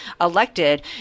elected